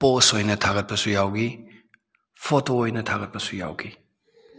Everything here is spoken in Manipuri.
ꯄꯣꯁ ꯑꯣꯏꯅ ꯊꯥꯒꯠꯄꯁꯨ ꯌꯥꯎꯈꯤ ꯐꯣꯇꯣ ꯑꯣꯏꯅ ꯊꯥꯒꯠꯄꯁꯨ ꯌꯥꯎꯈꯤ